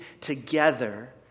together